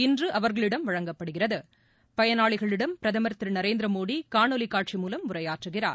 இன்று அவர்களிடம் வழங்கப்படுகிறது பயனாளிகளிடம் பிரதமர் திரு நரேந்திர மோடி காணொலி காட்சி மூலம் உரையாற்றுகிறார்